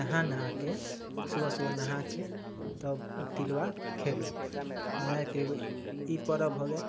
नहा नहाके सुबह सुबह नहाके तब ओ तिलबा खएलहुँ हमरा एकेगो ई परब भऽ गेल